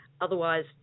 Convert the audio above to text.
Otherwise